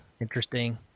interesting